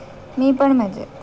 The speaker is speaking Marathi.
मी पण मजेत